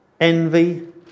envy